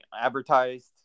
advertised